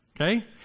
Okay